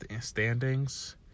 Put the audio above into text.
standings –